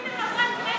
איזה מין דבר זה?